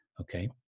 okay